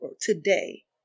today